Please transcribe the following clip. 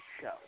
show